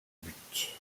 but